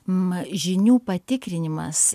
ma žinių patikrinimas